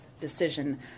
decision